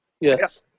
Yes